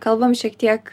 kalbam šiek tiek